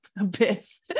abyss